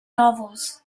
novels